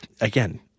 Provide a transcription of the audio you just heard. again